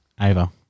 Ava